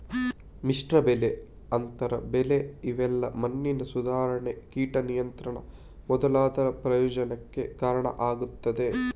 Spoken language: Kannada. ಮಿಶ್ರ ಬೆಳೆ, ಅಂತರ ಬೆಳೆ ಇವೆಲ್ಲಾ ಮಣ್ಣಿನ ಸುಧಾರಣೆ, ಕೀಟ ನಿಯಂತ್ರಣ ಮೊದಲಾದ ಪ್ರಯೋಜನಕ್ಕೆ ಕಾರಣ ಆಗ್ತದೆ